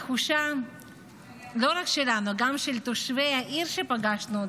תחושה לא רק שלנו, גם של תושבי העיר שפגשנו.